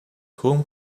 whom